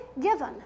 given